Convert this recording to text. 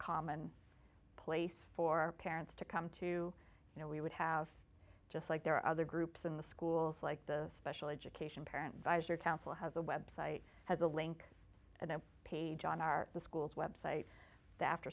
common place for parents to come to you know we would have just like there are other groups in the schools like the special education parent visor council has a website has a link and a page on our school's website th